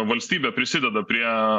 valstybė prisideda prie